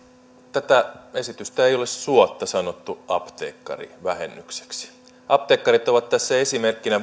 tätä esitystä ei ole suotta sanottu apteekkarivähennykseksi apteekkarit ovat tässä esimerkkinä